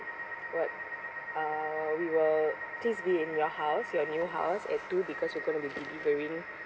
what uh we will please be in your house your new house at two because we're going to be delivering